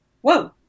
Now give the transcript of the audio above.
whoa